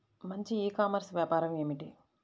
మంచి e commerce వ్యాపారం ఏమిటీ?